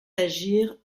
agir